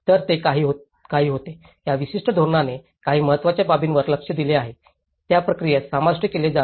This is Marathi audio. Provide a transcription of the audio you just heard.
तर ते काही होते या विशिष्ट धोरणाने काही महत्त्वाच्या बाबींवर लक्ष दिले आहे त्या प्रक्रियेत समाविष्ट केले जावे